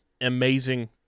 amazing